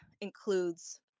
includes